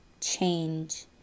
change